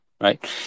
right